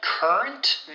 Current